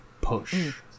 push